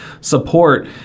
support